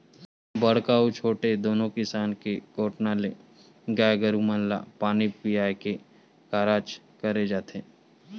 बड़का अउ छोटे दूनो किसम के कोटना ले गाय गरुवा मन ल पानी पीया के कारज करे जाथे